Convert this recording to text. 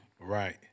Right